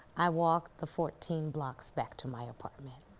i walked the fourteen blocks back to my apartment,